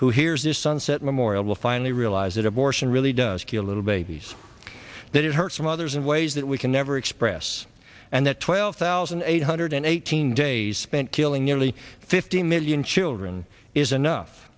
who hears this sunset memorial will finally realize that abortion really does kill little babies that it hurts from others in ways that we can never express and that twelve thousand eight hundred eighteen days spent killing nearly fifty million children is enough